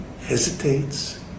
hesitates